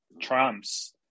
Trump's